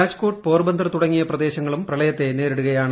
Raj coat Porbandar തുടങ്ങിയ പ്രദേശങ്ങളും പ്രളയത്തെ നേരിടുകയാണ്